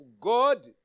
God